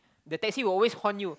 the taxi will always horn you